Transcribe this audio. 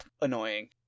annoying